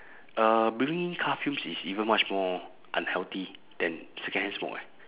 uh breathing in car fumes is even much more unhealthy than secondhand smoke eh